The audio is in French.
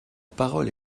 parole